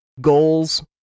goals